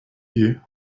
you